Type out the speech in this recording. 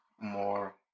more